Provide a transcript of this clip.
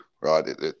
right